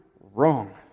wrong